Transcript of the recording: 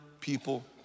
people